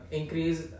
increase